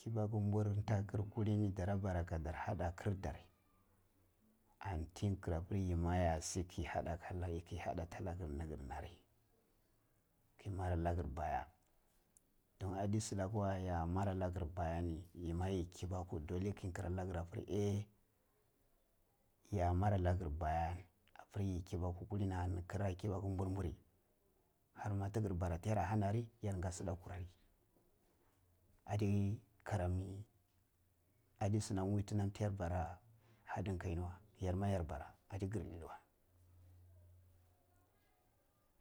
Kibaku bur ta kir kullini dara para kaddar hada kirdar kullini an ti kira piri yima ya shi ke hada aka yi ke hada nir nigir na ri ke mara la gir baya don addi tsilaka we ya mara la gir bayani yama yi kibaku dole ke nkirra la kir abiri a ya mara na kir baya abir yi kibaku kullini a hani kira kiba ku nburburi har ma ti kir bara ti yar ahannari yar ga sidda ku rari adi karami adi shinan wit nam ti yar bara haddin kai ni wa yarma yar bara adi gir didi weh